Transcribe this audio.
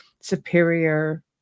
superior